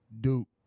Duke